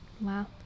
Wow